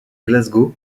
glasgow